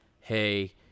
Hey